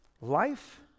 life